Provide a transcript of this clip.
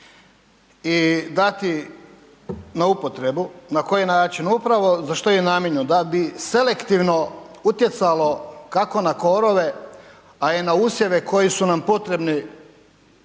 i dati na upotrebu. Na koji način? Upravo za što je i namijenjeno da bi selektivno utjecalo kako na korove a i na usjeve koji su nam potrebni